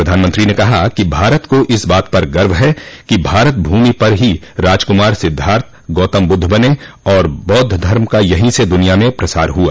प्रधानमंत्री ने कहा कि भारत को इस बात पर गर्व है कि भारत भूमि पर ही राजकुमार सिद्धार्थ गौतम बुद्ध बने और बौद्ध धर्म का यहीं से दुनिया में प्रसार हुआ